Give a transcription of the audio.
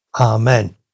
Amen